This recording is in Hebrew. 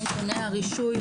דמי הרישוי,